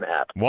app